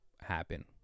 happen